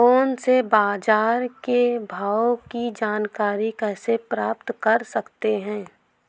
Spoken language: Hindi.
फोन से बाजार के भाव की जानकारी कैसे प्राप्त कर सकते हैं?